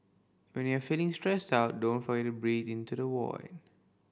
when you are feeling stressed out don't forget to breathe into the void